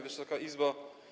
Wysoka Izbo!